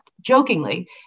Jokingly